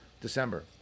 December